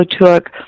took